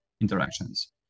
interactions